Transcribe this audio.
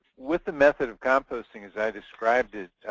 with the method of composting as i described it,